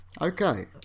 Okay